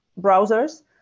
browsers